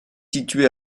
situé